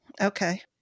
Okay